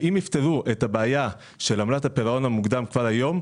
אם יפתרו את הבעיה של עמלת הפירעון המוקדם כבר היום,